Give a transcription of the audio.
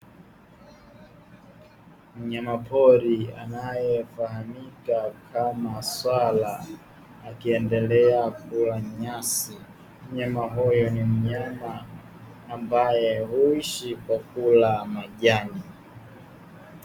Mnyamapori anayefahamika kama swala, akiendelea kula nyasi. Mnyama huyu ni mnyama ambaye huishi kwa kula majani.